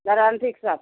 guarantee के साथ